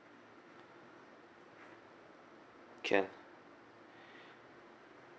van